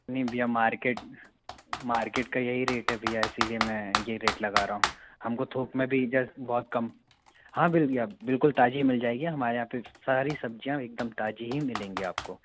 नही भैया market market का यही रेट है भैया इसीलिए मैं ये रेट लग रहा हूँ हमको थोक में भी इधर बहुत कम हाँ भैया बिल्कुल ताज़ी मिल जाएगी हमारे यहाँ पर सारी सब्ज़ियाँ एक दम ताज़ी ही मिलेंगी आपको